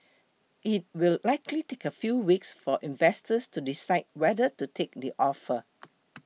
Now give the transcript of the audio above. it will likely take a few weeks for investors to decide whether to take the offer